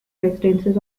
residences